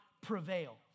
prevail